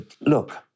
Look